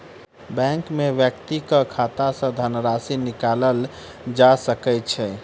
bank में व्यक्तिक खाता सॅ धनराशि निकालल जा सकै छै